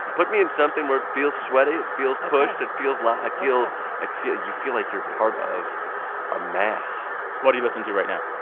put me in something where it feels sweaty, it feels pushed, it feels loud. i feel i feel you feel like you're part of a mass what do you listen to right now?